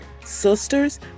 Sisters